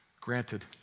Granted